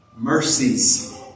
Mercies